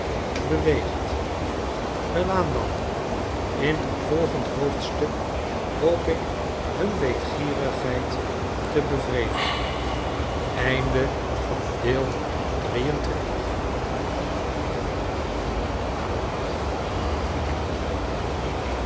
beweegt welaan dan in een volgend hoofdstuk hoop ik hun weetgierigheid te bevredigen